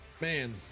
Man